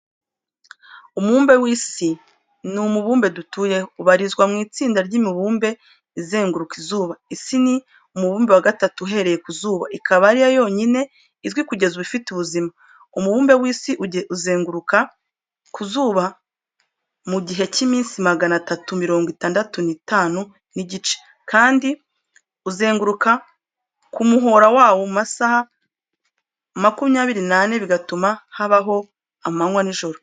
Umubumbe w'isi ni umubumbe dutuyeho, ubarizwa mu itsinda ry'imibumbe izenguruka izuba. Isi ni umubumbe wa gatatu uhereye ku izuba, ikaba ari yo yonyine izwi kugeza ubu ifite ubuzima. Umubumbe w'isi uzenguruka ku zuba mu gihe cy'iminsi magana atatu mirongo itandatu n'itanu n'igice, kandi uzenguruka ku muhora wawo mu masaha makumyabiri n'ane bigatuma habaho amanywa n'ijoro.